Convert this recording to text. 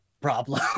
problem